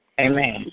Amen